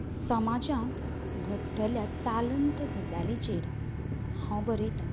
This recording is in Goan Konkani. समाजांत घडटल्या चालंत गजालींचेर हांव बरयतां